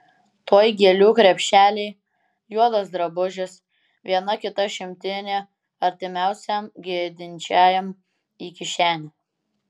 tuoj gėlių krepšeliai juodas drabužis viena kita šimtinė artimiausiam gedinčiajam į kišenę